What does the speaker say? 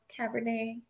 cabernet